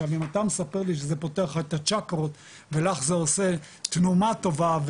אם אתה מספר לי שזה פותח לך את הצ'אקרות ולך זה עושה תנומה טובה,